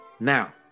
Now